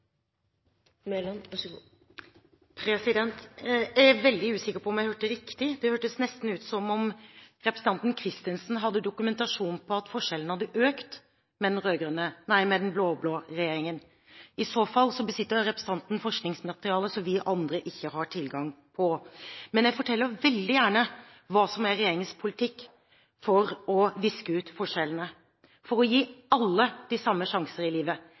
veldig usikker på om jeg hørte riktig. Det hørtes nesten ut som om representanten Christensen hadde dokumentasjon på at forskjellene hadde økt med den blå-blå regjeringen. I så fall besitter representanten forskningsmateriale som vi andre ikke har tilgang på. Men jeg forteller veldig gjerne hva som er regjeringens politikk for å viske ut forskjellene, for å gi alle de samme sjanser i livet: